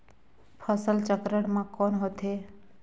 फसल चक्रण मा कौन होथे?